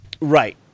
Right